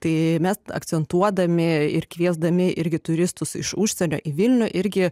tai mes akcentuodami ir kviesdami irgi turistus iš užsienio į vilnių irgi